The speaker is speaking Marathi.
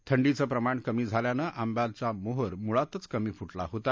थंडीचं प्रमाण कमी झाल्यानं आंब्याला मोहर मुळातच कमी फुटला होता